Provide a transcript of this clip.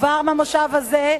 כבר במושב הזה,